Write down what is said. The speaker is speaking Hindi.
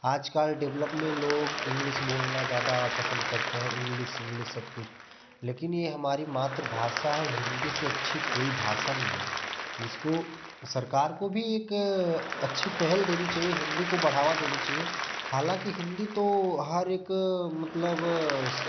आज कल डेवलप में लोग इंग्लिश बोलना ज्यादा पसंद करते हैं इंग्लिश इंग्लिश सब कुछ लेकिन ये हमारी मातृभाषा है हिंदी से अच्छी कोई भाषा नहीं है इसको सरकार को भी एक अच्छी पहल देनी चाहिए हिंदी को बढ़ावा देनी चाहिए हालाँकि हिंदी तो हर एक मतलब